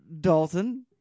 Dalton